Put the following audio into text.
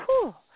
cool